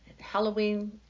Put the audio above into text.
Halloween